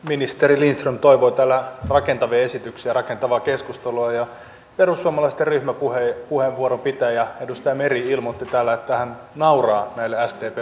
ministeri lindström toivoi täällä rakentavia esityksiä rakentavaa keskustelua ja perussuomalaisten ryhmäpuheenvuoron pitäjä edustaja meri ilmoitti täällä että hän nauraa näille sdpn vakaville esityksille